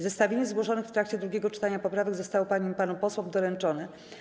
Zestawienie zgłoszonych w trakcie drugiego czytania poprawek zostało paniom i panom posłom doręczone.